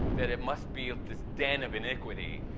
that it must be this den of iniquity,